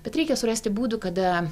bet reikia surasti būdų kada